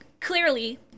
Clearly